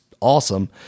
awesome